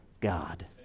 God